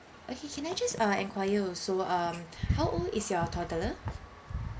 okay can I just uh enquire also um how old is your toddler